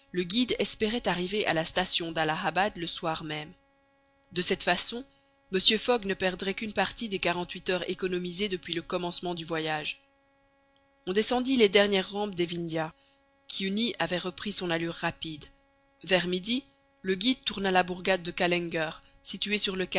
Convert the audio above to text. le guide espérait arriver à la station d'allahabad le soir même de cette façon mr fogg ne perdrait qu'une partie des quarante-huit heures économisées depuis le commencement du voyage on descendit les dernières rampes des vindhias kiouni avait repris son allure rapide vers midi le guide tourna la bourgade de kallenger située sur le